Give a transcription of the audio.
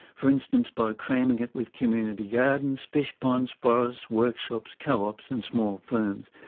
for instance by cramming it with community gardens, fish ponds, forests, workshops, co-ops and small firms.